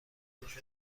پریزشون